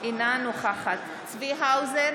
אינה נוכחת צבי האוזר,